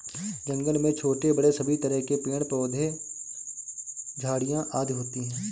जंगल में छोटे बड़े सभी तरह के पेड़ पौधे झाड़ियां आदि होती हैं